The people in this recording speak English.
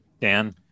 Dan